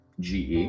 GE